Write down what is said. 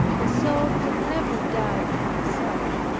the soul would never die to itself.